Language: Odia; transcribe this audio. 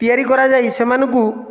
ତିଆରି କରାଯାଇ ସେମାନଙ୍କୁ